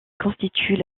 constituent